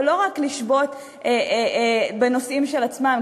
ולא רק בנושאים של עצמם,